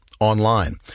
online